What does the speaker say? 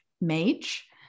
mage